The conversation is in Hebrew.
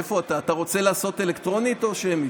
אתה רוצה לעשות אלקטרונית או שמית?